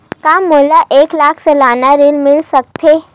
का मोला एक लाख सालाना ऋण मिल सकथे?